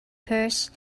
purse